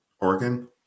Oregon